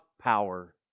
power